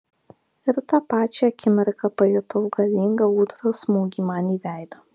ir tą pačią akimirką pajutau galingą ūdros smūgį man į veidą